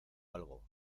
algo